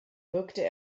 wirkte